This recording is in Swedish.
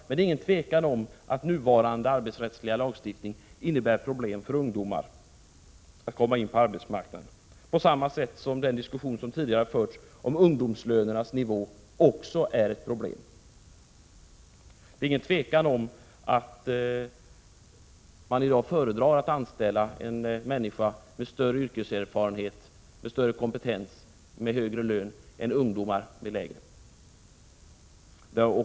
Men det är inget tvivel om att den nuvarande arbetsrättsliga lagstiftningen innebär — Prot. 1986/87:94 problem för ungdomar att komma in på arbetsmarknaden på samma sättsom 25 mars 1987 nivån på ungdomslönerna är ett problem, vilka det tidigare har förts diskussioner om. Det är inte heller något tvivel om att arbetsgivarna i dag föredrar att anställa människor med större yrkeserfarenhet, med större kompetens och med högre lön än ungdomar med lägre.